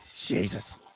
Jesus